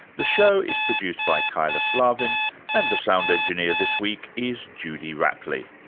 the show is produced by kyla slaven and the sound engineer this week is judy rapley.